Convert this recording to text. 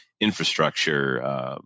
infrastructure